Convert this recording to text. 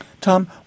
Tom